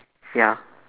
ya